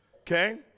Okay